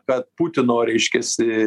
kad putino reiškiasi